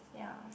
ya